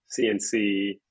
cnc